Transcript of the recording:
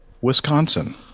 Wisconsin